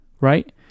right